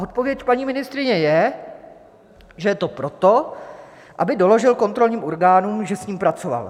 Odpověď paní ministryně je, že je to proto, aby doložil kontrolním orgánům, že s ním pracoval.